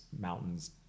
mountains